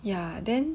ya then